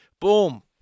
Boom